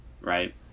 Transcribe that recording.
Right